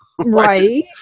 right